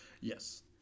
Yes